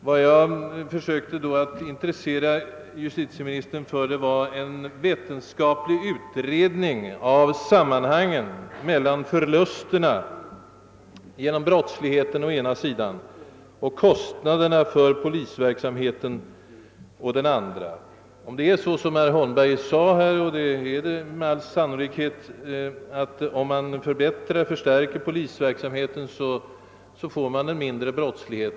Vad jag då bland annat försökte intressera justitieministern för var en vetenskaplig utredning av sammanhangen mellan de ekonomiska förlusterna genom brottsligheten å ena sidan och kostnaderna för polisverksamheten å andra sidan. Herr Holmberg sade nyss att om man förstärker polisverksamheten får man mindre brottslighet.